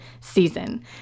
season